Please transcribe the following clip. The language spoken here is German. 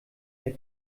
der